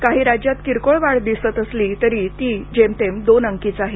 काही राज्यांत किरकोळ वाढ दिसत असली तरी ती जेमतेम दोन अंकीच आहे